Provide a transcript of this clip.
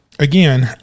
Again